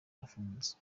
arafunze